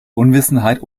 unwissenheit